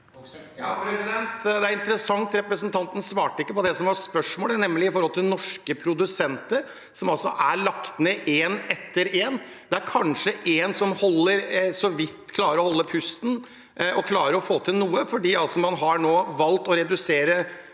Det er interessant at representanten ikke svarte på det som var spørsmålet, nemlig om norske produsenter, som altså er lagt ned en etter en. Det er kanskje én som så vidt klarer å holde pusten og klarer å få til noe, men man har valgt å redusere